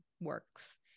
works